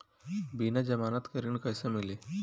बिना जमानत के ऋण कैसे मिली?